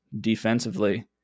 defensively